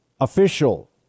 official